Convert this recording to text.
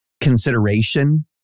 consideration